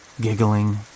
giggling